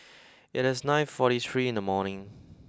it is nine forty three in the morning